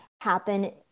happen